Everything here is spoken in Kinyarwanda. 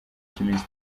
cy’iminsi